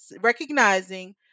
recognizing